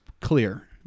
clear